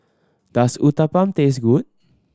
does Uthapam taste good